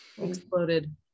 exploded